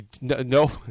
no